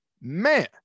man